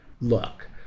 look